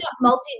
multi